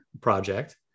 project